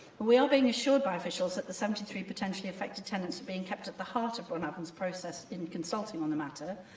we are being assured by officials that the seventy three potentially affected tenants are being kept at the heart of bron afon's process in consulting on the matter.